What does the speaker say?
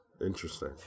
Interesting